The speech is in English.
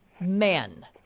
men